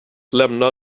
lämna